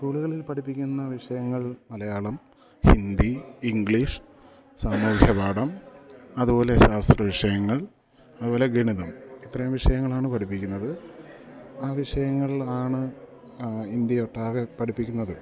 സ്കൂളുകളിൽ പഠിപ്പിക്കുന്ന വിഷയങ്ങൾ മലയാളം ഹിന്ദി ഇംഗ്ലീഷ് സാമൂഹ്യപാഠം അതുപോലെ ശാസ്ത്ര വിഷയങ്ങൾ അതുപോലെ ഗണിതം ഇത്രയും വിഷയങ്ങളാണ് പഠിപ്പിക്കുന്നത് ആ വിഷയങ്ങളിലാണ് ഇന്ത്യ ഒട്ടാകെ പഠിപ്പിക്കുന്നത്